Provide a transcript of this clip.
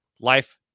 life